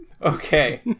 Okay